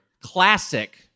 classic